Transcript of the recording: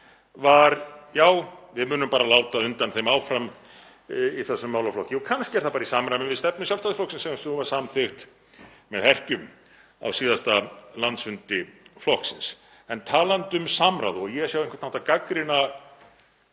var: Já, við munum bara láta undan þeim áfram í þessum málaflokki. Kannski er það bara í samræmi við stefnu Sjálfstæðisflokksins eins og hún var samþykkt með herkjum á síðasta landsfundi flokksins. En talandi um samráð og að ég sé á einhvern hátt að gagnrýna